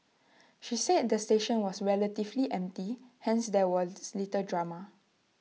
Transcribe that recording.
she said the station was relatively empty hence there was little drama